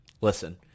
listen